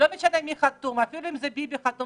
משנה מי חתום על ההצעה, אפילו ביבי חתום